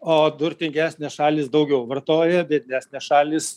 o turtingesnės šalys daugiau vartoja biednesnės šalys